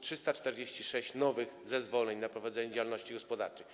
346 nowych zezwoleń na prowadzenie działalności gospodarczej.